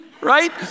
right